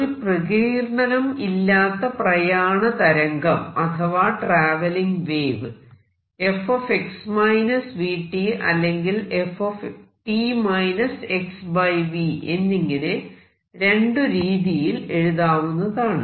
ഒരു പ്രകീർണ്ണനം ഇല്ലാത്ത പ്രയാണ തരംഗം അഥവാ ട്രാവെല്ലിങ് വേവ് f അല്ലെങ്കിൽ ft x v എന്നിങ്ങനെ രണ്ട് രീതിയിൽ എഴുതാവുന്നതാണ്